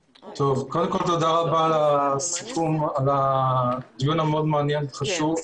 קודם כל תודה רבה על הדיון המאוד מעניין וחשוב.